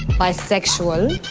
bisexual.